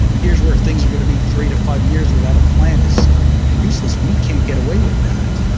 here's where things are going to be three to five years, without a plan is useless. we can't get away with that.